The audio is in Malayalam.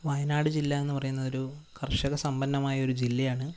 വയനാട് ജില്ല എന്നുപറയുന്നത് ഒരു കർഷകസമ്പന്നമായ ഒരു ജില്ലയാണ്